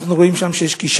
אנחנו רואים שיש שם כישלון.